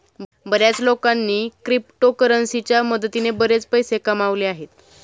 बर्याच लोकांनी क्रिप्टोकरन्सीच्या मदतीने बरेच पैसे कमावले आहेत